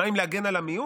מה עם להגן על המיעוט?